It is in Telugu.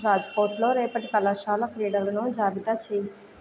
రాజకోట్లో రేపటి కళాశాల క్రీడలను జాబితా చెయి